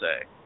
say